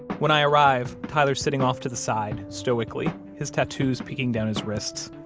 when i arrive, tyler's sitting off to the side, stoically, his tattoos peeking down his wrists.